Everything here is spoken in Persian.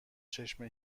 چشم